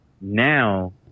Now